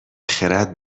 خرد